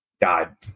died